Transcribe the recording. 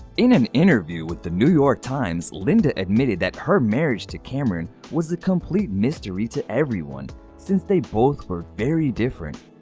in an interview with the new york times, linda admitted that her marriage to cameron was a complete mystery to everyone since they both were very different.